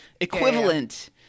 equivalent